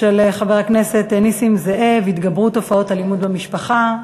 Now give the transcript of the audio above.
התגברות תופעות האלימות במשפחה,